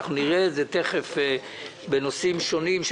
נראה את זה תיכף בנושאים שונים.